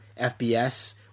FBS